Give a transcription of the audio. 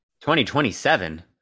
2027